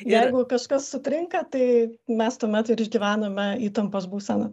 jeigu kažkas sutrinka tai mes tuomet ir išgyvename įtampos būseną